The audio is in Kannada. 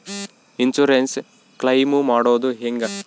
ಇನ್ಸುರೆನ್ಸ್ ಕ್ಲೈಮು ಮಾಡೋದು ಹೆಂಗ?